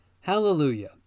Hallelujah